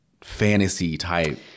fantasy-type